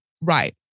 right